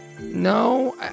no